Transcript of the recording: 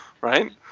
right